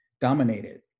dominated